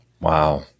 Wow